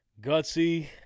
Gutsy